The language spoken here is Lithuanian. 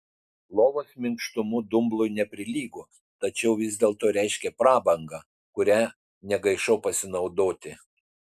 lovos minkštumu dumblui neprilygo tačiau vis dėlto reiškė prabangą kuria negaišau pasinaudoti